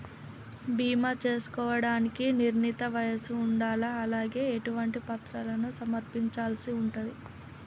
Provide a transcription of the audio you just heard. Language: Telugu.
బీమా చేసుకోవడానికి నిర్ణీత వయస్సు ఉండాలా? అలాగే ఎటువంటి పత్రాలను సమర్పించాల్సి ఉంటది?